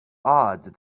odd